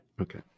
Okay